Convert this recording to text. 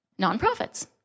nonprofits